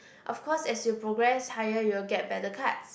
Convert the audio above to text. of course as you progress higher you'll get better card